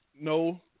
no